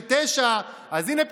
59. אז הינה,